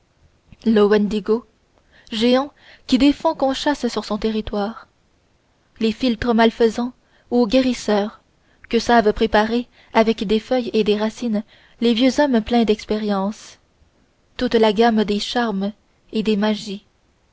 le wendigo géant qui défend qu'on chasse sur son territoire les philtres malfaisants ou guérisseurs que savent préparer avec des feuilles et des racines les vieux hommes pleins d'expérience toute la gamme des charmes et des magies